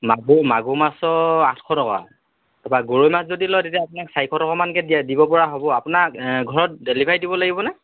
মাগুৰ মাগুৰ মাছৰ আঠশ টকা তাৰপৰা গৰৈ মাছ যদি লয় তেতিয়া আপোনাক চাৰিশ টকামানকৈ দিয়া দিব পৰা হ'ব আপোনাক ঘৰত ডেলিভেৰী দিব লাগিব নে